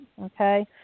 okay